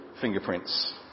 fingerprints